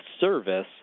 service